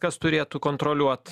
kas turėtų kontroliuot